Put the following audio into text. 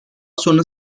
sonra